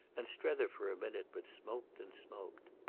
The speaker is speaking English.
and strether for a minute but smoked and smoked.